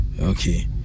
okay